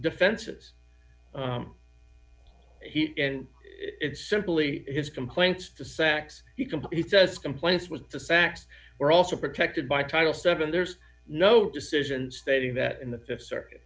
defenses he and it's simply his complaints to saks you can he says complaints with the facts were also protected by title seven there's no decision stating that in the th circuit